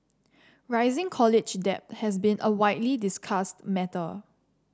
rising college debt has been a widely discussed matter